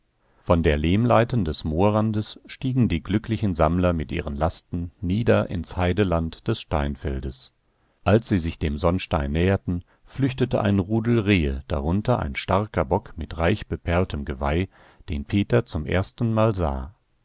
von der lehmleiten des moorrandes stiegen die glücklichen sammler mit ihren lasten nieder ins heideland des steinfeldes als sie sich dem sonnstein näherten flüchtete ein rudel rehe darunter ein starker bock mit reichbeperltem geweih den peter zum erstenmal sah